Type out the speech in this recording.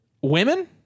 Women